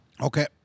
Okay